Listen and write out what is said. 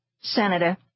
Senator